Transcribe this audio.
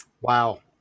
Wow